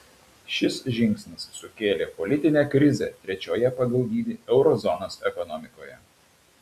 šis žingsnis sukėlė politinę krizę trečioje pagal dydį euro zonos ekonomikoje